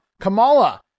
Kamala